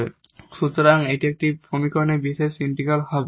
সুতরাং সুতরাং এটি এই সমীকরণের পার্টিকুলার ইন্টিগ্রাল হবে